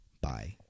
Bye